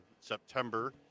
September